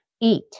eat